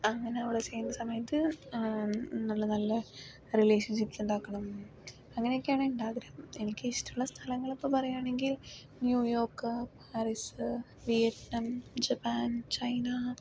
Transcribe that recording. അങ്ങനെയുള്ള ചില സമയത്ത് നല്ല നല്ല റിലേഷൻഷിപ്പ്സ് ഉണ്ടാക്കണം അങ്ങനെയൊക്കെയാണ് എൻ്റെ ആഗ്രഹം എനിക്കിഷ്ടമുള്ള സ്ഥലങ്ങൾ ഒക്കെ പറയുകയാണെങ്കിൽ New York Paris Vietnam Japan China